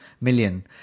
million